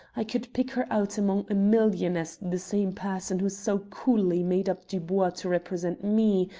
i could pick her out among a million as the same person who so coolly made up dubois to represent me,